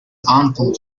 uncle